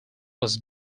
was